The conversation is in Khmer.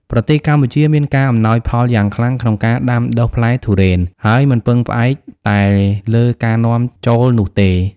ប្រទេសកម្ពុជាមានការអំណោយផលយ៉ាងខ្លាំងក្នុងការដាំដុះផ្លែទុរេន ហើយមិនពឹងផ្អែកតែលើការនាំចូលនោះទេ។